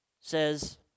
Says